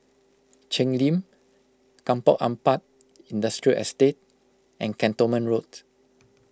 Cheng Lim Kampong Ampat Industrial Estate and Cantonment Road